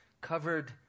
covered